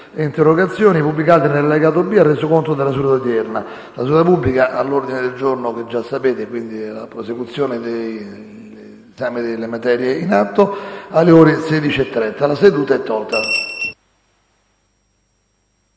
La seduta è tolta